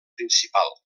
principal